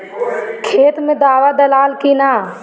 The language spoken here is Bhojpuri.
खेत मे दावा दालाल कि न?